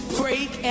break